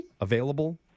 available